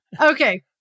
Okay